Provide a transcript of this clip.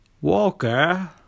Walker